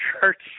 Church